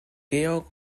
georg